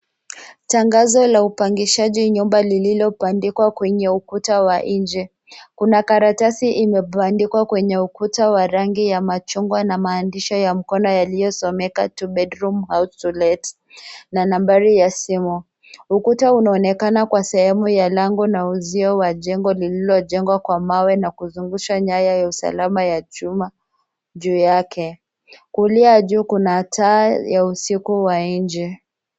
Tangazo la upangishaji nyumba lililobandikwa kwenye ukuta wa nje. Kuna karatasi imebandikwa kwenye ukuta wa rangi ya machungwa na maandisho ya mkono yaliyosomeka, Two Bedroom house To Let na nambari ya simu. Ukuta unaonekana kwa sehemu ya lango na uzio wa jengo lililojengwa kwa mawe na kuzungushwa nyaya ya usalama ya chuma juu yake. Kulia juu kuna taa ya usiku wa nje.